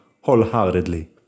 wholeheartedly